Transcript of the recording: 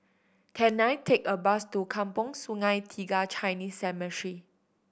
can I take a bus to Kampong Sungai Tiga Chinese Cemetery